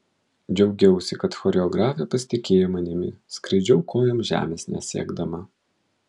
džiaugiausi kad choreografė pasitikėjo manimi skraidžiau kojom žemės nesiekdama